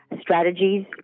strategies